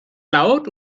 laut